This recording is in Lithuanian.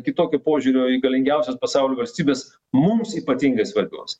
kitokio požiūrio į galingiausios pasaulio valstybės mums ypatingai svarbios